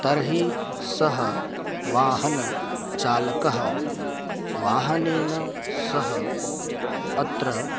तर्हि सः वाहनचालकः वाहनेन सह अत्र